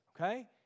okay